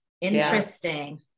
Interesting